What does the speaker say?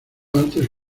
antes